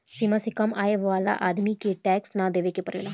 सीमा से कम आय वाला आदमी के टैक्स ना देवेके पड़ेला